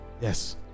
yes